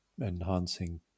enhancing